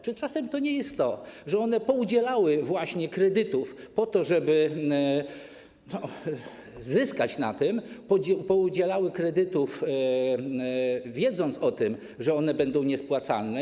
Czy czasem to nie jest tak, że one poudzielały właśnie kredytów po to, żeby zyskać na tym, poudzielały kredytów, wiedząc o tym, że one będą niespłacalne?